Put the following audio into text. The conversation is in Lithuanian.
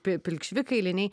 pi pilkšvi kailiniai